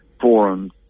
forums